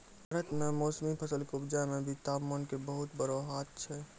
भारत मॅ मौसमी फसल कॅ उपजाय मॅ भी तामपान के बहुत बड़ो हाथ छै